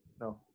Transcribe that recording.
No